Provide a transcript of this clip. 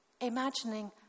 imagining